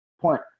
point